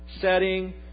setting